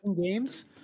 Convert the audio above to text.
games